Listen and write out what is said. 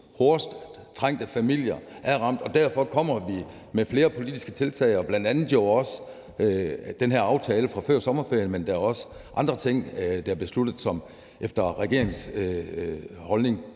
hårdest trængte familier er ramt, og derfor kommer vi med flere politiske tiltag og bl.a. jo også den her aftale fra før sommerferien. Men der er også andre ting, der er besluttet, og som ifølge regeringens holdning